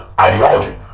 ideology